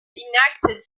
enacted